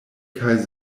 kaj